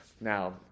Now